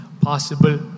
Possible